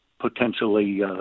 potentially